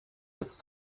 jetzt